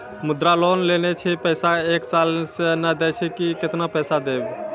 मुद्रा लोन लेने छी पैसा एक साल से ने देने छी केतना पैसा देब?